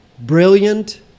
brilliant